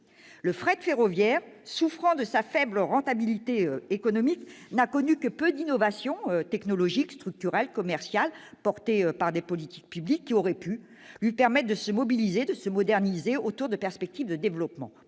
Le fret ferroviaire, souffrant de sa faible rentabilité économique, n'a connu que peu d'innovations technologiques, structurelles, commerciales portées par des politiques publiques qui auraient pu lui permettre de se mobiliser, de se moderniser, autour de perspectives de développement.